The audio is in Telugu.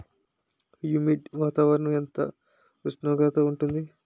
హ్యుమిడ్ వాతావరణం ఎంత ఉష్ణోగ్రత ఉంటుంది?